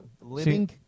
Living